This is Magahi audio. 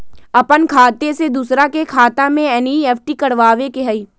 अपन खाते से दूसरा के खाता में एन.ई.एफ.टी करवावे के हई?